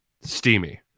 Steamy